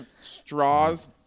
Straws